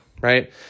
right